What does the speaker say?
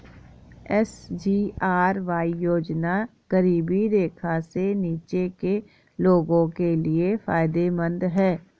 SGRY योजना गरीबी रेखा से नीचे के लोगों के लिए फायदेमंद है